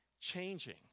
changing